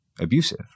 abusive